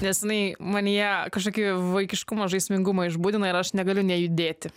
nes jinai manyje kažkokį vaikiškumą žaismingumą išbudina ir aš negaliu nejudėti